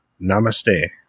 Namaste